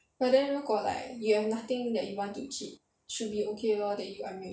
but then 如果 like you have nothing that you want to keep should be okay lor then you unmute